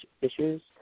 issues